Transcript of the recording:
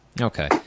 Okay